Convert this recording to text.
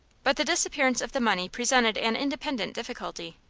but the disappearance of the money presented an independent difficulty.